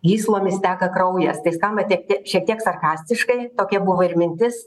gyslomis teka kraujas tai skamba tik šiek tiek sarkastiškai tokia buvo ir mintis